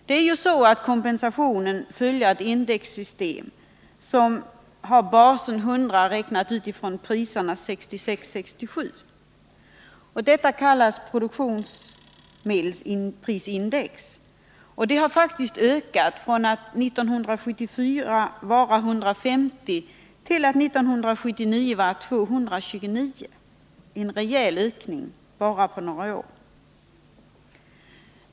Det är ju så att kompensationen följer ett indexsystem med basen 100 beräknad på 1966-1967 års priser. Det kallas produktionsmedelsprisindex och har ökat från 150 år 1974 till 229 år 1979 — en rejäl ökning bara på några år.